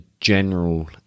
general